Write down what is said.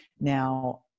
Now